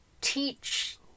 teach